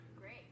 Great